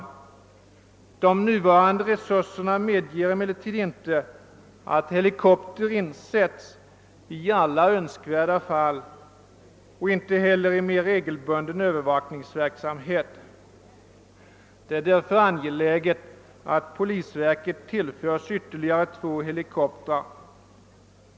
De nuvaran de resurserna medger emellertid inte att helikopter insättes i alla önskvärda fall och inte heller i mer regelbunden övervakningsverksamhet. Det är därför angeläget att polisverket tillförs ytterligare 2 helikoptrar.